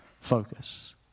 focus